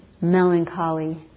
melancholy